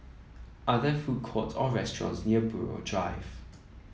are there food courts or restaurants near Buroh Drive